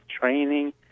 training